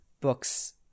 books